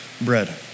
bread